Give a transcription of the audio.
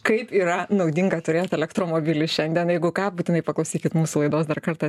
kaip yra naudinga turėt elektromobilį šiandien jeigu ką būtinai paklausykit mūsų laidos dar kartą